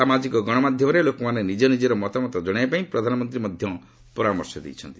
ସାମାଜିକ ଗଣମାଧ୍ୟମରେ ଲୋକମାନେ ନିକ ନିକ୍କର ମତାମତ ଜଣାଇବା ପାଇଁ ପ୍ରଧାନମନ୍ତ୍ରୀ ମଧ୍ୟ ପରାମର୍ଶ ଦେଇଛନ୍ତି